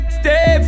stay